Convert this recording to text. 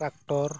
tractor